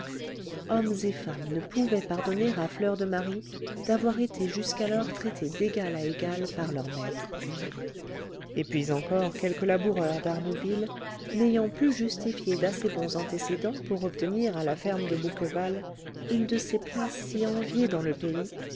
hommes et femmes ne pouvaient pardonner à fleur de marie d'avoir été jusqu'alors traitée d'égal à égal par leurs maîtres et puis encore quelques laboureurs d'arnouville n'ayant pu justifier d'assez bons antécédents pour obtenir à la ferme de bouqueval une de ces places si enviées dans le pays